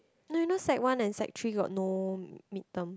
no you know sec-one and sec-three got no mid term